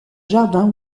jardin